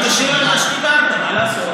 אני משיב על מה שדיברת, מה לעשות?